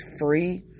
free